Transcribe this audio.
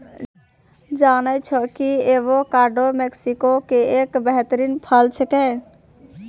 जानै छौ कि एवोकाडो मैक्सिको के एक बेहतरीन फल छेकै